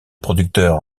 producteur